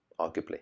arguably